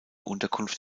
unterkunft